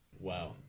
Wow